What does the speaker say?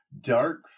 Dark